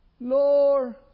Lord